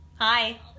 Hi